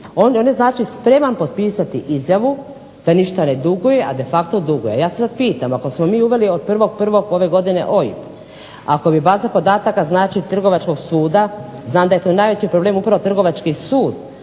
On je znači spreman potpisati izjavu da ništa ne duguje, a de facto duguje. Ja se sad pitam ako smo mi uveli od 01.01. ove godine OIB, ako bi baza podataka znači Trgovačkog suda, znam da je to najveći problem upravo Trgovački sud